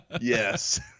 yes